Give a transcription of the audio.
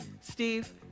Steve